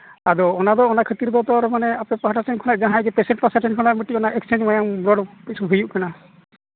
ᱟᱫᱚ ᱚᱱᱟᱫᱚ ᱚᱱᱟ ᱠᱷᱟᱹᱛᱤᱨ ᱫᱚ ᱛᱟᱨᱢᱟᱱᱮ ᱟᱯᱮ ᱯᱟᱦᱴᱟ ᱥᱮᱫ ᱠᱷᱚᱱᱟᱜ ᱡᱟᱦᱟᱸᱭ ᱜᱮ ᱢᱟᱱᱮ ᱯᱮᱥᱮᱱᱴ ᱯᱟᱦᱴᱟ ᱠᱷᱚᱱᱟᱜ ᱡᱟᱦᱟᱸᱭ ᱜᱮ ᱡᱩᱫᱤ ᱮᱹᱠᱥᱪᱮᱹᱧᱡᱽ ᱢᱟᱭᱟᱝ ᱵᱞᱟᱰ ᱠᱤᱪᱷᱩ ᱦᱩᱭᱩᱜ ᱠᱟᱱᱟ